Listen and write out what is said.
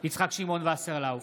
יצחק שמעון וסרלאוף,